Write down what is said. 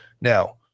Now